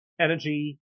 Energy